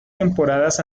temporadas